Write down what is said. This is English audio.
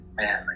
man